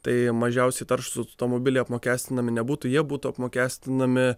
tai mažiausiai taršūs automobiliai apmokestinami nebūtų jie būtų apmokestinami